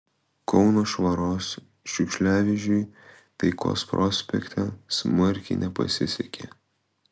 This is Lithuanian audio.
kauno švaros šiukšliavežiui taikos prospekte smarkiai nepasisekė